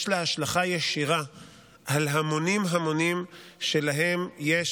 יש לה השלכה ישירה על המונים המונים שלהם יש